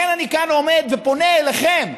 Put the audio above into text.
לכן אני כאן עומד ופונה אליכם,